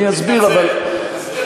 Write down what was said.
אני אסביר לך,